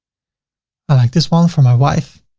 i like this one for my wife.